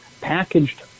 packaged